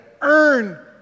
earn